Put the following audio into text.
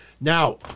Now